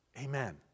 Amen